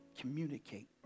communicate